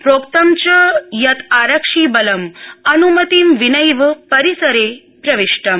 प्रोक्तं च यत् आरक्षिबलं अन्मतिं विनैव परिसरे प्रविष्टम्